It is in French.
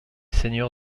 seigneur